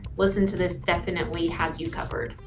listen to this definitely has you covered.